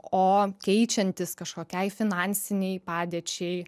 o keičiantis kažkokiai finansinei padėčiai